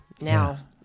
now